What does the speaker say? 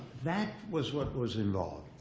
that was what was involved.